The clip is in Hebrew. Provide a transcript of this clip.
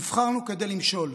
נבחרנו כדי למשול.